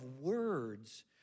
words